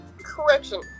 Correction